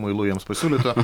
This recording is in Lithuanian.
muilu jiems pasiūlytų